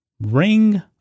Ring